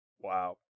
Wow